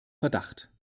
verdacht